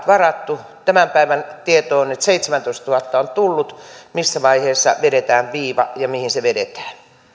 varattu tämän päivän tieto on että seitsemäntoistatuhatta on tullut missä vaiheessa vedetään viiva ja mihin se vedetään